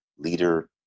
leader